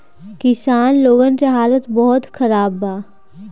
किसान लोगन के हालात बहुत खराब बा